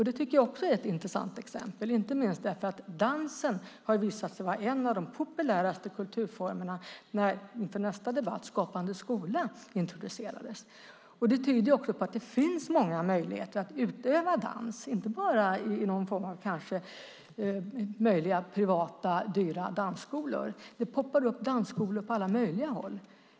Det tycker jag är ett intressant exempel, inte minst för att dansen har visat sig vara en av de populäraste kulturformerna när - med tanke på nästa debatt här - Skapande skola introducerades. Det tyder på att det finns många möjligheter att utöva dans, inte bara i några privata, dyra dansskolor. Det poppar upp dansskolor på alla möjliga håll.